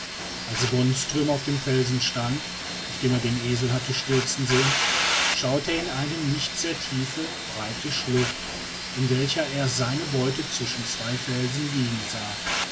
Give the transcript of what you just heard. als wonström auf dem felsen stand auf dem er den esel hatte stürzen sehen schaute er in eine nicht sehr tiefe breite schlucht in welcher er seine beute zwischen zwei felsen liegen sah